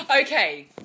Okay